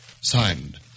Signed